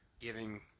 giving